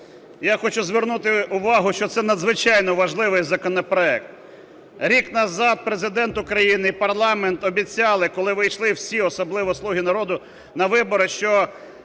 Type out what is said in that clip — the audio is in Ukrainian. Я хочу звернути увагу, що це надзвичайно важливий законопроект. Рік назад Президент України і парламент обіцяли, коли ви йшли всі, особливо "Слуга народу", на вибори, що